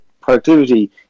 productivity